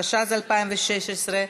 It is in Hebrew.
התשע"ז 2016,